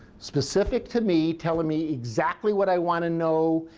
specific to me, telling me exactly what i want to know,